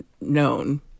known